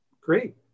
Great